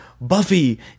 Buffy